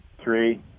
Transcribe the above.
three